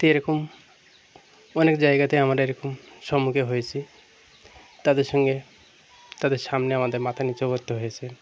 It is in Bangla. তো এরকম অনেক জায়গাতে আমরা এরকম সম্মুখীন হয়েছি তাদের সঙ্গে তাদের সামনে আমাদের মাথা নীচু করতে হয়েছে